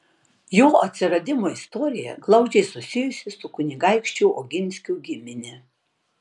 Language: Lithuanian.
jo atsiradimo istorija glaudžiai susijusi su kunigaikščių oginskių gimine